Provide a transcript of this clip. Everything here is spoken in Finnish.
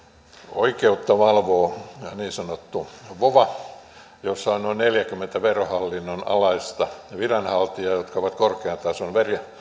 oikeutta valvoo niin sanottu vova jossa on noin neljänkymmenen verohallinnon alaista viranhaltijaa jotka ovat korkean tason